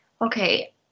okay